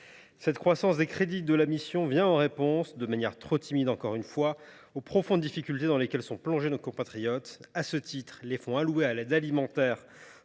Cette croissance soutenue des crédits de la mission répond – de manière trop timide, encore une fois – aux profondes difficultés dans lesquelles sont plongés nos compatriotes. À ce titre, les fonds alloués à l’aide alimentaire